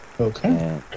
Okay